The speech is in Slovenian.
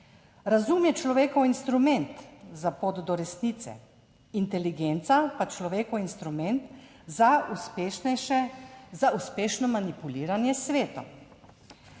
Razum je človekov instrument za pot do resnice, inteligenca pa človekov instrument za uspešnejše, za uspešno manipuliranje s svetom